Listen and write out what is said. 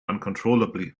uncontrollably